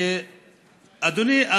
אדוני,